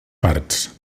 parts